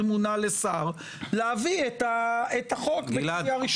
מונה לשר להביא את החוק בקריאה ראשונה.